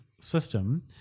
system